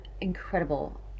incredible